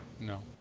No